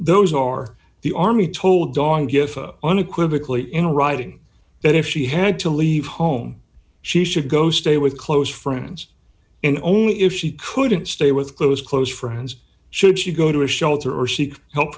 those are the army told dog if unequivocally in writing that if she had to leave home she should go stay with close friends and only if she couldn't stay with close close friends should she go to a shelter or seek help